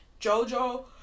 Jojo